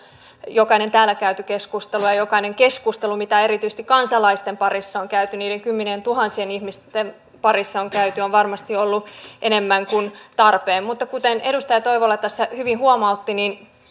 jokainen täällä käyty keskustelu ja jokainen keskustelu mitä erityisesti kansalaisten parissa on käyty niiden kymmenientuhansien ihmisten parissa on käyty on varmasti ollut enemmän kuin tarpeen kuten edustaja toivola tässä hyvin huomautti niin